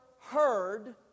heard